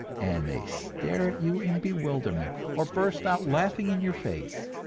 and they stare at you in bewilderment, or burst out laughing in your face.